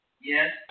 Yes